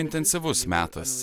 intensyvus metas